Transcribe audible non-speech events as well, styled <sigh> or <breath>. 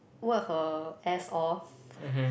work her ass off <breath>